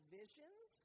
visions